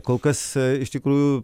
kol kas iš tikrųjų